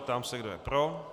Ptám se, kdo je pro?